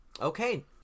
Okay